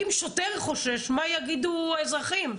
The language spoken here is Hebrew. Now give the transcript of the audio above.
אם שוטר חושש, מה יגידו האזרחים?